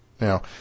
Now